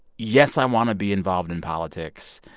yes, i want to be involved in politics,